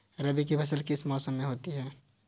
रबी की फसल किस मौसम में होती है?